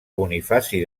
bonifaci